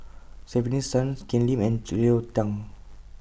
Stefanie Sun Ken Lim and Cleo Thang